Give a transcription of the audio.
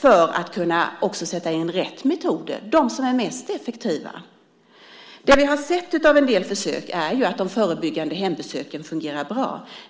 för att kunna sätta in rätt metoder, de som är mest effektiva. Av en del försök har vi sett att de förebyggande hembesöken fungerar bra.